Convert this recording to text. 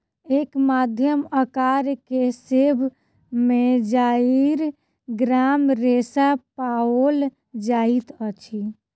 एक मध्यम अकार के सेब में चाइर ग्राम रेशा पाओल जाइत अछि